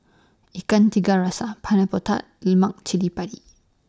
Ikan Tiga Rasa Pineapple Tart Lemak Cili Padi